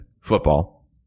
football